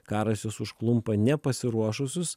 karas juos užklumpa nepasiruošusius